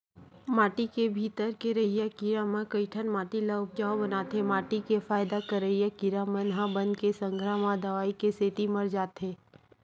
माटी के भीतरी के रहइया कीरा म कइठन माटी ल उपजउ बनाथे माटी के फायदा करइया कीरा मन ह बन के संघरा म दवई के सेती मर जाथे